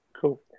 Cool